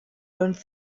learned